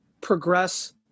progress